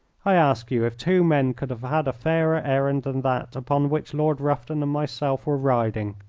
i ask you if two men could have had a fairer errand than that upon which lord rufton and myself were riding.